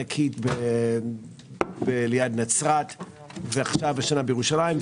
הענקית ליד נצרת לפני שנתיים ואת השריפה השנה בירושלים.